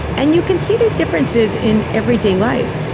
and you can see these differences in everyday life.